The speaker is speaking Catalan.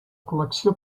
col·lecció